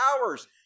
hours